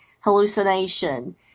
hallucination